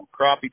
Crappie